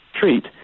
treat